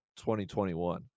2021